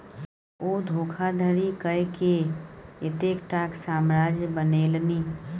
ओ धोखाधड़ी कय कए एतेकटाक साम्राज्य बनेलनि